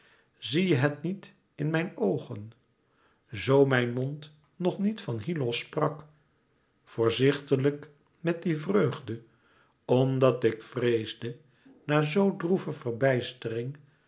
zie je het niet in mijn oogen zoo mijn mond nog niet van hyllos sprak voorzichtiglijk met die vreugde omdat ik vreesde na zoo droeve verbijstering